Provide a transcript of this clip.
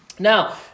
Now